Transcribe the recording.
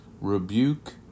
Rebuke